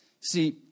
See